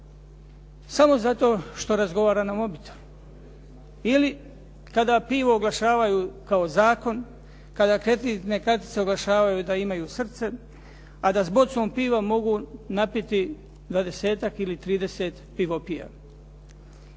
samo zato što razgovara na mobitel. Ili kada pivo oglašavaju kao zakon, kada kreditne kartice oglašavaju da imaju srce, a da s bocom piva mogu napiti dvadesetak ili